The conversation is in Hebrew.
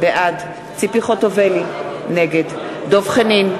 בעד ציפי חוטובלי, נגד דב חנין,